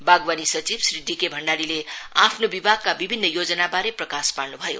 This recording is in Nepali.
वागवानी सचिव श्री डिके भण्डारीले आफ्नो विभागका विभिन्न योजनाबारे प्रकाश पार्नु भयो